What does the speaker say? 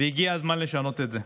והגיע הזמן לשנות את זה.